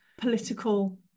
political